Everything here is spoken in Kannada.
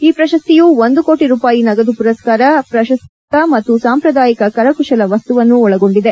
ಈ ಪ್ರಶಸ್ತಿಯು ಒಂದು ಕೋಟ ರೂಪಾಯಿ ನಗದು ಪುರಸ್ಕಾರ ಪ್ರಶಸ್ತಿ ಸುರುಳಿ ಫಲಕ ಮತ್ತು ಸಾಂಪ್ರದಾಯಿಕ ಕರಕುಶಲ ವಸ್ತುವನ್ನು ಒಳಗೊಂಡಿದೆ